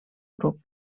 grup